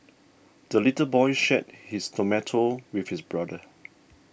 the little boy shared his tomato with his brother